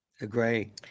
Agree